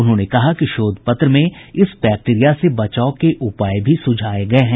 उन्होंने कहा कि शोध पत्र में इस बैक्टीरिया से बचाव के उपाय भी सुझाये गये हैं